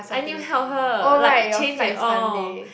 I need to help her like change and all